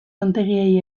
lantegiei